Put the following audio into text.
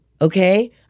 Okay